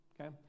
okay